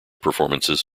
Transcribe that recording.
performances